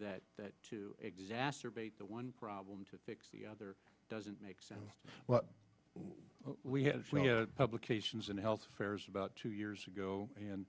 that to exacerbate the one problem to fix the other doesn't make sense we have publications in health affairs about two years ago and